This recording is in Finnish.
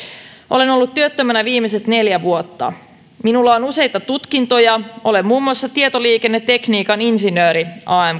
olen ollut työttömänä viimeiset neljä vuotta minulla on useita tutkintoja olen muun muassa tietoliikennetekniikan insinööri